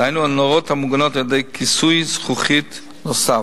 דהיינו נורות המוגנות על-ידי כיסוי זכוכית נוסף.